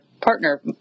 partner